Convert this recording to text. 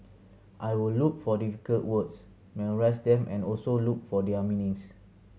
I will look for difficult words memorise them and also look for their meanings